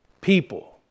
people